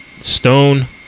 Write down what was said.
Stone